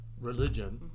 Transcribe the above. religion